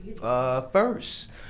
first